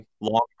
long